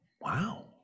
Wow